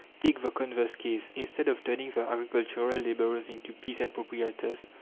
take the converse case instead of turning the agricultural labourers into peasant-proprietors,